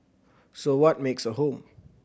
so what makes a home